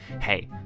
hey